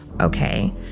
Okay